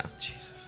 Jesus